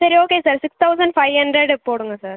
சரி okay sir six thousand five hundred போடுங்கள் sir